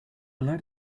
load